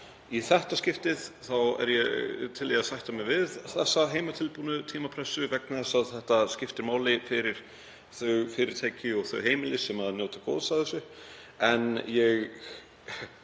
Í þetta skipti er ég til í að sætta mig við þessa heimatilbúnu tímapressu vegna þess að þetta skiptir máli fyrir þau fyrirtæki og þau heimili sem njóta góðs af þessu. Ég